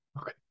Okay